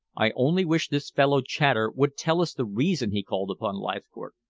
i only wish this fellow chater would tell us the reason he called upon leithcourt.